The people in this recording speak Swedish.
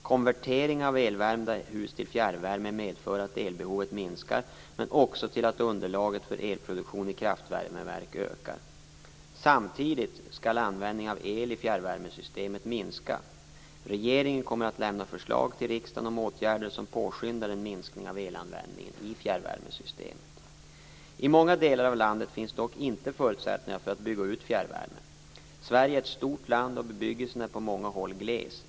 Konvertering av elvärmda hus till fjärrvärme medför att elbehovet minskar, men också till att underlaget för elproduktion i kraftvärmeverk ökar. Samtidigt skall användningen av el i fjärrvärmesystemen minska. Regeringen kommer att lämna förslag till riksdagen om åtgärder som påskyndar en minskning av elanvändningen i fjärrvärmesystemen. I många delar av landet finns dock inte förutsättningar för att bygga ut fjärrvärme. Sverige är ett stort land och bebyggelsen är på många håll gles.